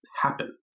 happen